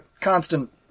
constant